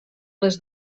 les